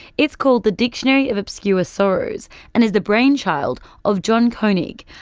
it's called the dictionary of obscure sorrows and is the brainchild of john koenig,